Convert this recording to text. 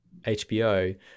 HBO